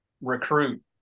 recruit